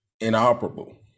inoperable